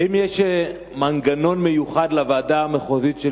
האם יש מנגנון מיוחד לוועדה המחוזית של